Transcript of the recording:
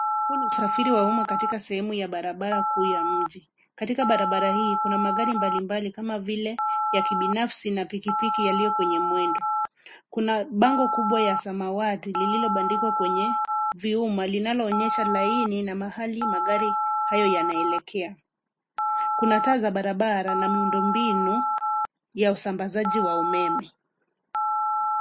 Huu ni usafiri wa uma katika barabara kuu ya mji. Katika barabara hii kuna magari mbali mbali kama vile ya kibinafsi na pikipiki yaliyo kwenye mwendo. Kuna bango kubwa ya samawati liliobandikwa kwenye vyuma linaloonyesha laini na mahali magari hayo yanaelekea. Kuna taa za barabara na miundo mbinu ya usambazi wa umeme.